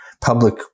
public